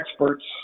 experts